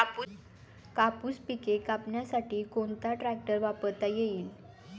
कापूस पिके कापण्यासाठी कोणता ट्रॅक्टर वापरता येईल?